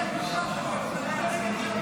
החמרת ענישה בעבירות ביזה) (הוראת שעה),